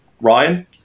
Ryan